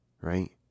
right